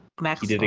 Max